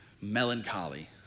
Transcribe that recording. melancholy